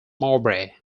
mowbray